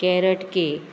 carrot cake